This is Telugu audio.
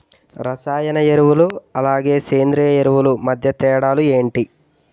రసాయన ఎరువులు అలానే సేంద్రీయ ఎరువులు మధ్య తేడాలు ఏంటి?